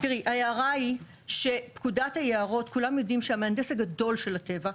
ההערה היא שפקודת היערות כולם יודעים שמהנדס הגדול של הטבע,